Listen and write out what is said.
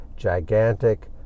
gigantic